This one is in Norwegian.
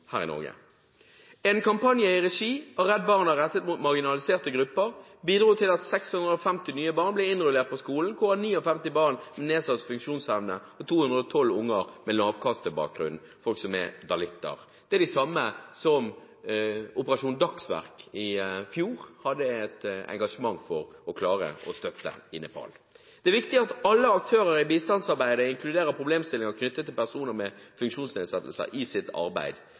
her i Norge. En kampanje i regi av Redd Barna rettet mot marginaliserte grupper bidro til at 650 nye barn ble innrullert i skolen, hvorav 59 barn med nedsatt funksjonsevne og 212 med lavkastebakgrunn – folk som er daliter. Det er de samme som Operasjon Dagsverk i fjor hadde et engasjement for å klare å støtte i Nepal. Det er viktig at alle aktører i bistandsarbeidet i sitt arbeid inkluderer problemstillinger knyttet til personer med